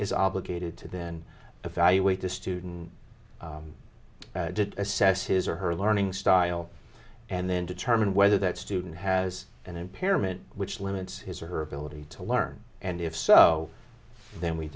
is obligated to then evaluate the student did assess his or her learning style and then determine whether that student has an impairment which limits his or her ability to learn and if so then we